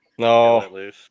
No